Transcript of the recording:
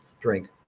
drink